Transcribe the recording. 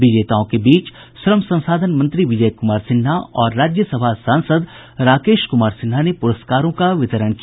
विजेताओं के बीच श्रम संसाधन मंत्री विजय कुमार सिन्हा और राज्यसभा सांसद राकेश कुमार सिन्हा ने पुरस्कारों का वितरण किया